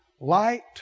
Light